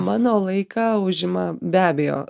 mano laiką užima be abejo